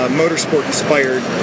motorsport-inspired